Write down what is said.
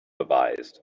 advised